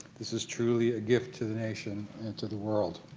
this is truly a gift to the nation and to the world.